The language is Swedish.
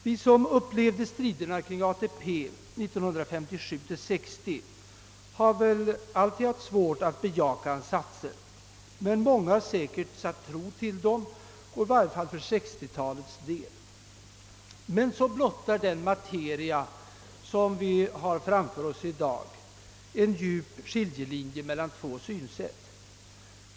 Vi som upplevde striderna kring ATP-reformen 1957—1960 har väl haft svårt att ansluta oss till Tingstens teser, men andra har säkert satt tro till dem, i varje fall vad det gäller 1960-talet. Men så blottar den materia som vi i dag har framför oss en djup skiljelinje mellan två synsätt.